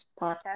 podcast